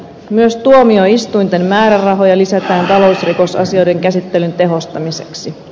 myös tuomioistuinten määrärahoja lisätään talousrikosasioiden käsittelyn tehostamiseksi